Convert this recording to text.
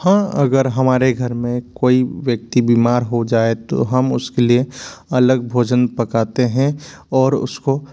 हाँ अगर हमारे घर में कोई व्यक्ति बीमार हो जाए तो हम उसके लिए अलग भोजन पकाते हैं और उसको